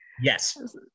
Yes